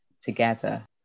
together